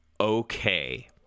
okay